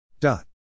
Dot